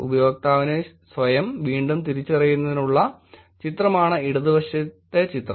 ഉപയോക്താവിനെ സ്വയം വീണ്ടും തിരിച്ചറിയുന്നതിനായി ഉള്ള ചിത്രമാണ് ഇടതുവശത്തെ ചിത്രം